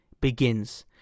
begins